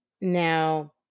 Now